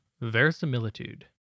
Verisimilitude